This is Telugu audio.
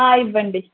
ఇవ్వండి